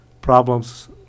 problems